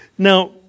Now